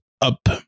up